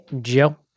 Joe